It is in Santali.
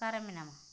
ᱚᱠᱟᱨᱮ ᱢᱮᱱᱟᱢᱟ